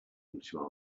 englishman